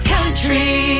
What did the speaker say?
Country